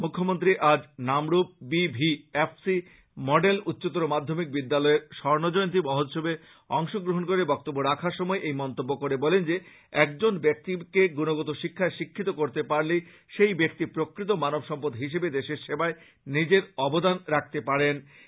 মুখ্যমন্ত্রী আজ Namrup B V F C model উচ্চতর মাধ্যমিক বিদ্যালয়ের স্বর্ণ জয়ন্তী মহোৎসবে অংশ গ্রহণ করে বক্তব্য রাখার সময় এই মন্তব্য করে বলেন যে একজন ব্যাক্তিকে গুণগত শিক্ষায় শিক্ষিত করতে পারলেই সেই ব্যাক্তি প্রকৃত মানব সম্পদ হিসেবে দেশের সেবার নিজের অবদান রাখতে পারবেন